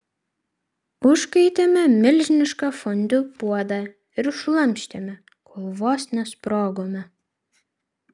užkaitėme milžinišką fondiu puodą ir šlamštėme kol vos nesprogome